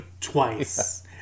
twice